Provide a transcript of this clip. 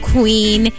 Queen